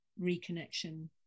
reconnection